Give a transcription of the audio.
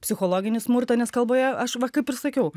psichologinį smurtą nes kalboje aš va kaip ir sakiau